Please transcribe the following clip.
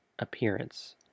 Appearance